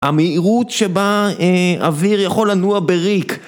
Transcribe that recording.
המהירות שבה אוויר יכול לנוע בריק